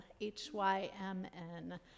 H-Y-M-N